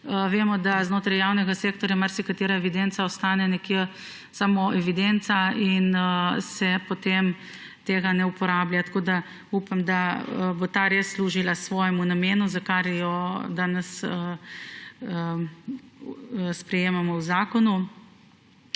namreč, da znotraj javnega sektorja marsikatera evidenca ostane nekje samo evidenca in se potem ne uporablja. Upam, da bo ta res služila svojemu namenu, za kar jo danes sprejemamo v zakonu.